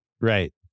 Right